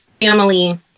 family